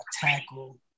tackle